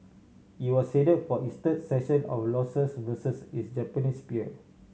it was headed for its third session of losses versus its Japanese peer